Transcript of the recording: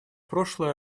прошлое